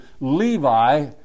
Levi